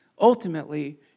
Ultimately